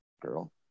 girl